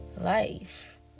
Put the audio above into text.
life